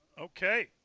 Okay